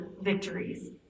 victories